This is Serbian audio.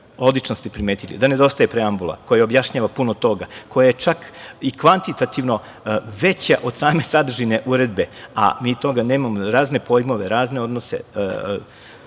odlično ste primetili da nedostaje preambula koja objašnjava puno toga, koja je čak i kvantitativno veća od same sadržine uredbe, a mi toga nemamo, razne pojmove, razne odnose,